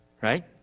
right